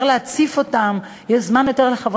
יותר להציף אותם; יש יותר זמן לחברי